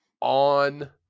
on